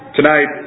Tonight